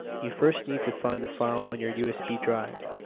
you first need to find the file on your usb drive.